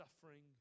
suffering